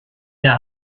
der